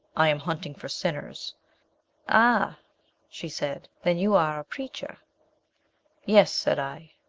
i am hunting for sinners ah she said, then you are a preacher yes, said i.